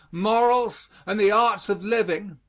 morals, and the arts of living,